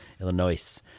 Illinois